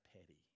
petty